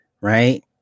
Right